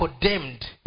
condemned